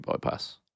bypass